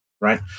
right